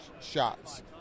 shots